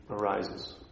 arises